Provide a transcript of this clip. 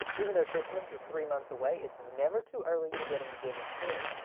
even though christmas is three months away it's never too early to get in the giving spirit.